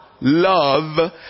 love